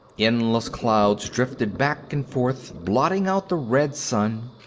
endless clouds drifted back and forth, blotting out the red sun.